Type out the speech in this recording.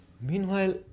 meanwhile